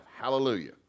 Hallelujah